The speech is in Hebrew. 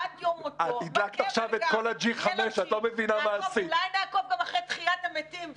עד יום מותו -- -אולי נעקוב גם אחרי תחיית המתים?